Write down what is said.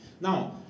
now